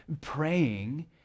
praying